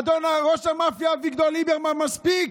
אדון ראש המאפיה אביגדור ליברמן, מספיק.